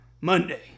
Monday